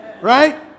Right